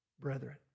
brethren